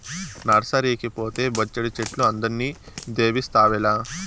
నర్సరీకి పోతే బొచ్చెడు చెట్లు అందరిని దేబిస్తావేల